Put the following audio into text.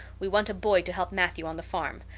we want a boy to help matthew on the farm.